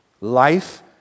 Life